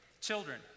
Children